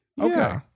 Okay